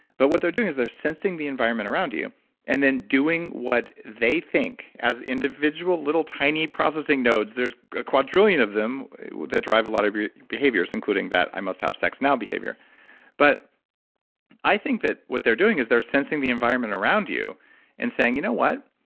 but what they're doing is they're sensing the environment around you and then doing what they think, as individual, little, tiny processing nodes, there's a quadrillion of them that drive a lot of your behaviors, including that i must have sex now behavior but i think that what they're doing is they're sensing the environment around you and saying, you know what?